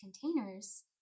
containers